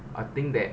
I think that